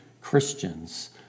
Christians